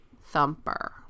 thumper